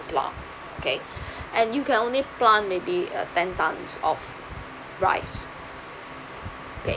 plant okay and you can only plant maybe uh ten tons of rice okay